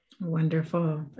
Wonderful